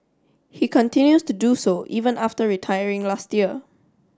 he continues to do so even after retiring last year